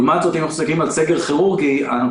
לעומת זה אם אנחנו מסתכלים על סגר כירורגי אנחנו